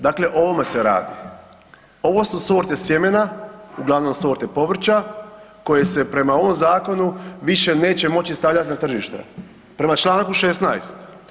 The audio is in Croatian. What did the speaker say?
Dakle, o ovome se radi, ovo su sorte sjemena uglavnom sorte povrća koje se prema ovom zakonu više neće moći stavljati na tržište prema Članku 16.